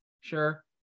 sure